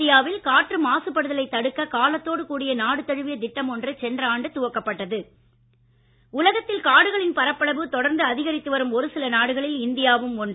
இந்தியாவில் காற்று மாசுபடுதலைத் தடுக்க காலத்தோடு கூடிய நாடு தழுவிய திட்டம் ஒன்று சென்ற ஆண்டு துவக்கப்பட்டது உலகத்தில் காடுகளின் பரப்பளவு தொடர்ந்து அதிகரித்து வரும் ஒருசில நாடுகளில் இந்தியாவும் ஒன்று